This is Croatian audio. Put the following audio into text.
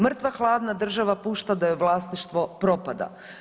Mrtva hladna država pušta da joj vlasništvo propada.